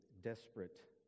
desperate